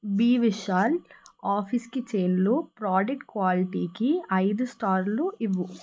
B Vishal ఆఫీస్కి చైన్లు product క్వాలిటీకి ఐదు స్టార్లు ఇవ్వు